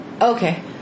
Okay